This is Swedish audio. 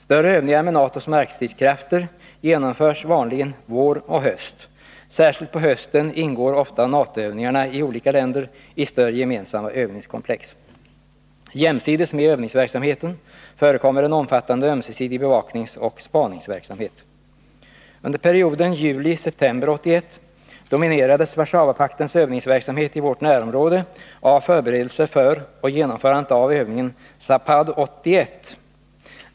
Större övningar med NATO:s markstridskrafter genomförs vanligen vår och höst. Särskilt på hösten ingår ofta NATO-övningarna i olika länder i större gemensamma övningskomplex. Jämsides med övningsverksamheten förekommer en omfattande ömsesidig bevakningsoch spaningsverksamhet. Under perioden juli-september 1981 dominerades Warszawapaktens övningsverksamhet i vårt närområde av förberedelser för och genomförande av övningen ZAPAD 81 .